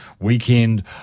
weekend